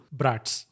brats